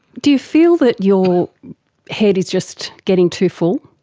do you feel that your head is just getting too full?